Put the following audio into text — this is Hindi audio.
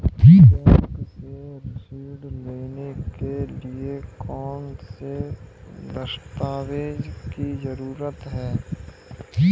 बैंक से ऋण लेने के लिए कौन से दस्तावेज की जरूरत है?